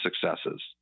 successes